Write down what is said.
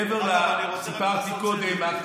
מעבר למה שסיפרתי קודם,